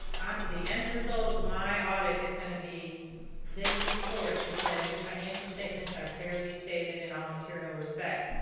um the end result of my audit is gonna be this report that says your financial statements are fairly stated in all material respects.